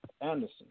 Anderson